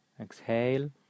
exhale